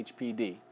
HPD